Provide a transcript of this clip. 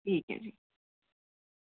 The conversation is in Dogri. ठीक ऐ जी